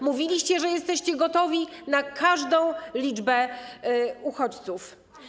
Mówiliście, że jesteście gotowi na każdą liczbę uchodźców.